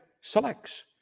selects